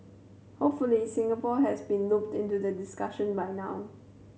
hopefully Singapore has been looped into the discussion by now